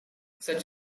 such